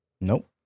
Nope